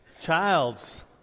Childs